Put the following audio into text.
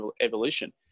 evolution